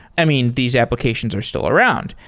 i mean, these applications are still around,